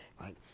right